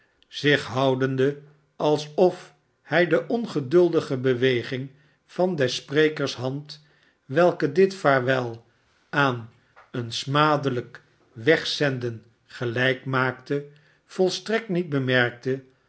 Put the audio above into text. zich houdende alsof hij de ongeduldige beweging van des sprekers hand welke dit vaarwel aan een smadelijk wegzenden gelijk maakte volstrekt niet bemerkte